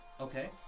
Okay